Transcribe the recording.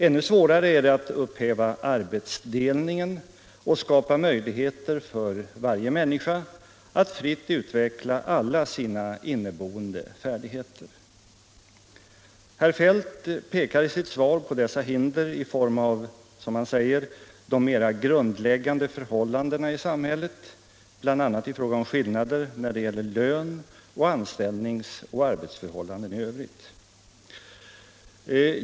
Ännu svårare är det att upphäva arbetsdelningen och skapa möjligheter för varje människa att fritt utveckla alla sina inneboende färdigheter. Herr Feldt pekar i sitt svar på dessa hinder i form av ”de mera grundläggande förhållandena i samhället, bl.a. i fråga om skillnader när det gäller lön och anställningsoch arbetsförhållanden i övrigt”.